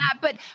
but-